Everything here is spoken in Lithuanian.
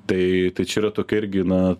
tai čia yra tokia irgi na